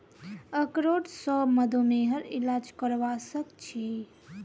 अखरोट स मधुमेहर इलाज करवा सख छी